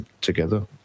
together